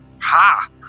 Ha